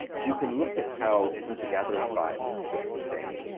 you can look at how hunter-gatherer tribes were sleeping.